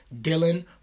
Dylan